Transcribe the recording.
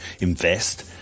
invest